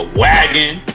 wagon